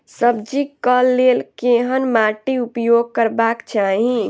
सब्जी कऽ लेल केहन माटि उपयोग करबाक चाहि?